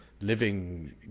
living